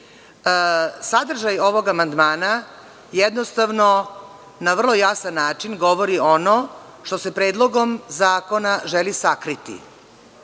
ovog amandmana jednostavno na vrlo jasan način govori ono što se Predlogom zakona želi sakriti,